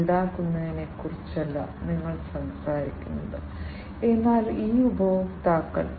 അതിനാൽ ഇത് സ്മാർട്ട് സെൻസറുകളുടെ കാർഷിക ഉപയോഗമാണ്